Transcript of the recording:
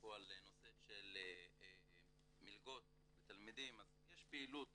פה על נושא של מלגות ותלמידים, אז יש פעילות